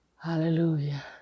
Hallelujah